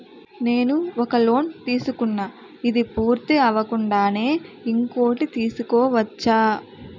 నేను ఒక లోన్ తీసుకున్న, ఇది పూర్తి అవ్వకుండానే ఇంకోటి తీసుకోవచ్చా?